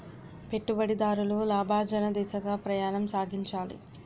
పెట్టుబడిదారులు లాభార్జన దిశగా ప్రయాణం సాగించాలి